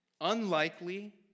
unlikely